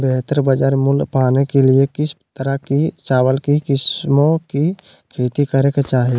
बेहतर बाजार मूल्य पाने के लिए किस तरह की चावल की किस्मों की खेती करे के चाहि?